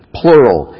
plural